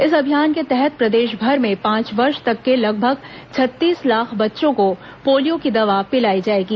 इस अभियान के तहत प्रदेशभर में पांच वर्ष तक के लगभग छत्तीस लाख बच्चों को पोलियो की दवा पिलाई जाएगी